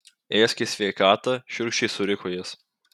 ėsk į sveikatą šiurkščiai suriko jis